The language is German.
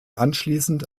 anschließend